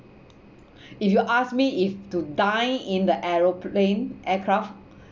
if you asked me if to dine in the aeroplane aircraft